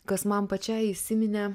kas man pačiai įsiminė